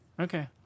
Okay